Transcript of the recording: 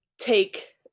take